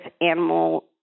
animal